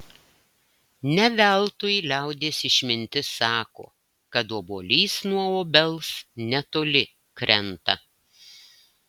ne veltui liaudies išmintis sako kad obuolys nuo obels netoli krenta